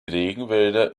regenwälder